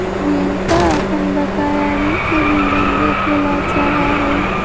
रियंका अपन बकाया ऋण के विवरण देखे ला चाहा हई